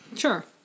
sure